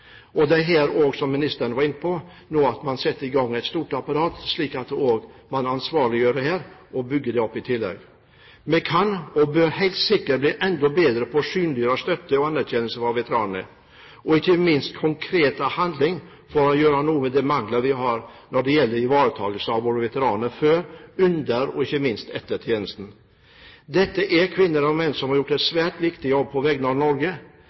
og det er her man nå, som ministeren var inne på, setter i gang et stort apparat, slik at man også ansvarliggjør dette og bygger det opp i tillegg. Vi kan – og bør – helt sikkert bli enda bedre på å synliggjøre støtte og anerkjennelse av veteranene, og ikke minst på konkret handling for å gjøre noe med de mangler vi har når det gjelder ivaretakelse av våre veteraner før, under og ikke minst etter tjenesten. Dette er kvinner og menn som har gjort en svært viktig jobb på vegne av Norge.